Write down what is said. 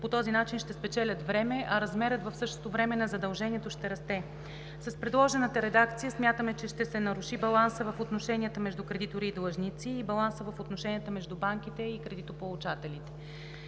по този начин ще спечелят време, а размерът в същото време на задължението ще расте. С предложената редакция смятаме, че ще се наруши балансът в отношенията между кредитори и длъжници и балансът в отношенията между банките и кредитополучателите.